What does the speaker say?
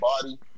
body